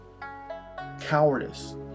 Cowardice